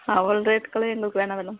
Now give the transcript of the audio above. அவ்வளோ ரேட்டுக்கெல்லாம் எங்களுக்கு வேணாம் மேடம்